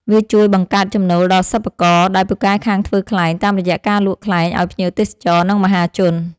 វាជួយបង្កើតចំណូលដល់សិប្បករដែលពូកែខាងធ្វើខ្លែង តាមរយៈការលក់ខ្លែងឱ្យភ្ញៀវទេសចរ និងមហាជន។